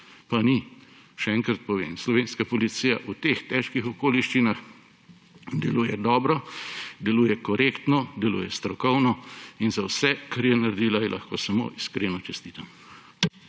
pa ni. Še enkrat povem, slovenska policija v teh težkih okoliščinah deluje dobro, deluje korektno, deluje strokovno. In za vse, kar je naredila, ji lahko samo iskreno čestitam!